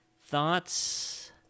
thoughts